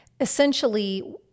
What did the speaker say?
essentially